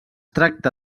tracta